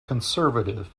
conservative